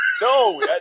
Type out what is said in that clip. no